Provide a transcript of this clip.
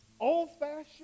old-fashioned